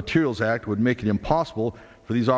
materials act would make it impossible for these